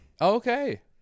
Okay